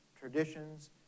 traditions